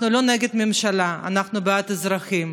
אנחנו לא נגד הממשלה, אנחנו בעד האזרחים,